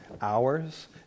hours